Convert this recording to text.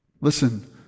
Listen